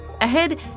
Ahead